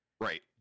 Right